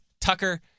Tucker